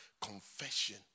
confession